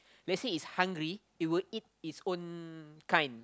lets say it's hungry it will eat its own kind